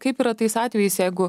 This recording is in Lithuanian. kaip yra tais atvejais jeigu